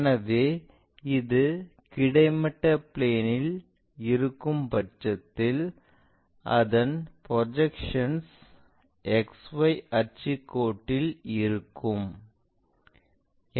எனவே இது கிடைமட்ட பிளேன் இல் இருக்கும் பட்சத்தில் அதன் புரொடக்ஷன்ஸ் XY அச்சு கோட்டில் இருக்கும்